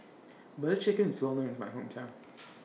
Butter Chicken IS Well known in My Hometown